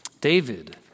David